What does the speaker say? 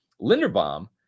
Linderbaum